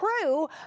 true